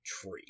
tree